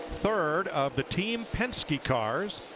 third of the team penske calls.